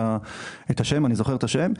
את השם שלך,